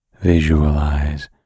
visualize